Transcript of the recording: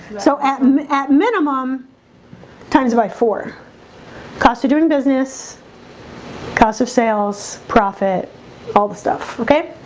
so at and at minimum times by for cost of doing business cost of sales profit all the stuff. okay.